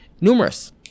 Numerous